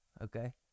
okay